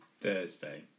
Thursday